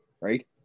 Right